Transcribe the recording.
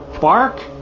bark